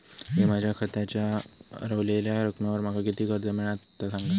मी माझ्या खात्याच्या ऱ्हवलेल्या रकमेवर माका किती कर्ज मिळात ता सांगा?